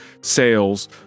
sales